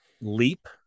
leap